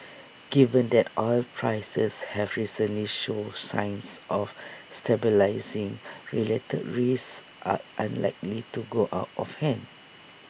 given that oil prices have recently showed signs of stabilising related risks are unlikely to go out of hand